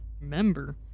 remember